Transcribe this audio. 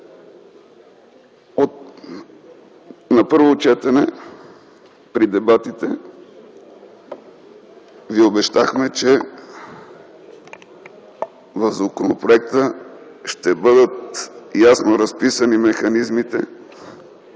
При първо четене в дебатите ви обещахме, че в законопроекта ще бъдат ясно разписани механизмите